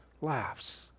laughs